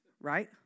right